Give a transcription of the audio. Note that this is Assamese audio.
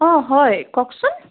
অঁ হয় কওকচোন